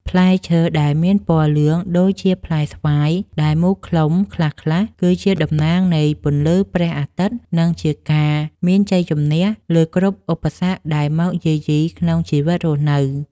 ផ្លែឈើដែលមានពណ៌លឿងដូចជាផ្លែស្វាយដែលមូលក្លំខ្លះៗគឺជាតំណាងនៃពន្លឺព្រះអាទិត្យ និង ការមានជ័យជម្នះលើគ្រប់ឧបសគ្គដែលមកយាយីក្នុងជីវិតរស់នៅ។